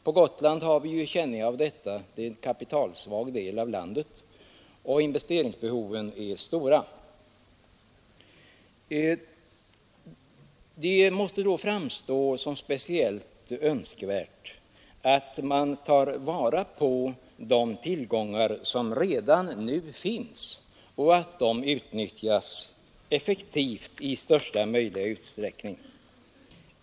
På Gotland har vi känning av detta — Gotland är en kapitalsvag del av landet, och investeringsbehoven är stora. Det måste då framstå såsom speciellt önskvärt att ta vara på de tillgångar som redan nu finns och att de utnyttjas effektivt i största möjliga utsträckning.